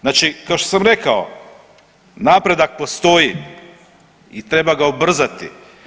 Znači kao što sam rekao, napredak postoji i treba ga ubrzati.